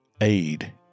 aid